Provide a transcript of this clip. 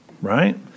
right